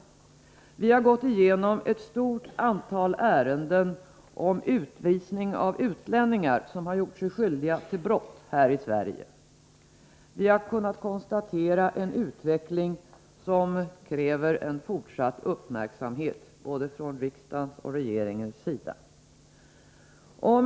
När vi har gått igenom ett stort antal ärenden om utvisning av utlänningar, som har gjort sig skyldiga till brott här i Sverige, har vi kunnat konstatera en utveckling, som kräver fortsatt uppmärksamhet från både regeringens och riksdagens sida.